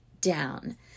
down